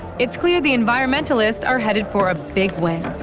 it's clear the environmentalists are headed for a big win.